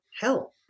help